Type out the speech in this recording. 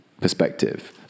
perspective